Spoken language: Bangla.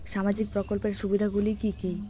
সামাজিক প্রকল্পের সুবিধাগুলি কি কি?